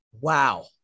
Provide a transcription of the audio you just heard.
wow